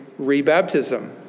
rebaptism